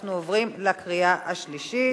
אנחנו עוברים לקריאה שלישית.